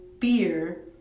fear